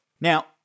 Now